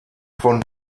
von